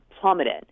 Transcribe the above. plummeted